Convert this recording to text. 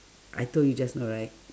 I told you just now right